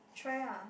try lah